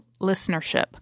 listenership